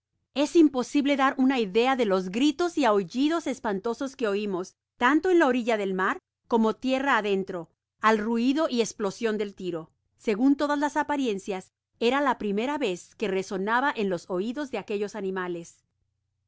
es imposible dar una idea de los gritos y ahullidos espantosos que oimos tanto en la orilla del mar como tierra adentro al ruido y esplosion del tiro segun todas las apariencias era la primera vez que resonaba en los oidos de aquellos animales